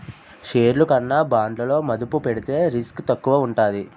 షేర్లు కన్నా బాండ్లలో మదుపు పెడితే రిస్క్ తక్కువగా ఉంటాది